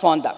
fonda.